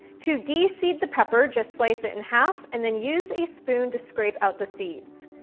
to de-seed the pepper, just slice it in half and then use a spoon to scrape out the seeds.